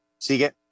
Sigue